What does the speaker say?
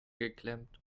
geklemmt